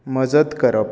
मजत करप